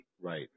Right